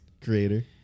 creator